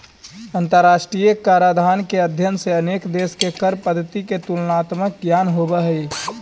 अंतरराष्ट्रीय कराधान के अध्ययन से अनेक देश के कर पद्धति के तुलनात्मक ज्ञान होवऽ हई